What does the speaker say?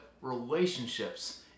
relationships